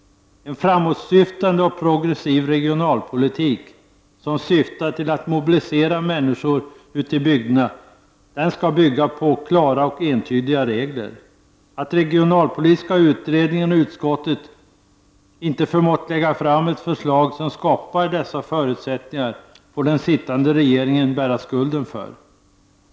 En framåtsyftande och progressiv regionalpolitik, som syftar till att mobilisera människor ute i bygderna, skall bygga på klara och entydiga regler. Att regionalpolitiska utredningen och utskottet inte har förmått lägga fram ett förslag som skapar dessa förutsättningar får den sittande regeringen bära skulden för.